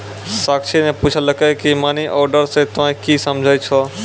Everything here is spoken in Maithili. साक्षी ने पुछलकै की मनी ऑर्डर से तोंए की समझै छौ